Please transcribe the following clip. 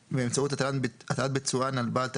באמצעות הטלה ביצוען על בעל תפקיד,